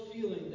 feeling